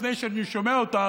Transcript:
לפני שאני שומע אותה